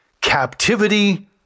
captivity